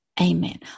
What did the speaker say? amen